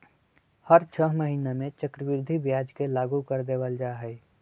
हर छ महीना में चक्रवृद्धि ब्याज के लागू कर देवल जा हई